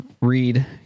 read